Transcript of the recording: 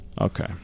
okay